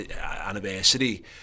anniversary